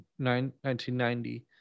1990